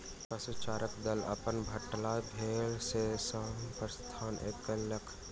पशुचारणक दल अपन सभटा भेड़ संग गाम सॅ प्रस्थान कएलक